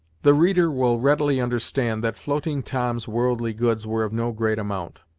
the reader will readily understand that floating tom's worldly goods were of no great amount.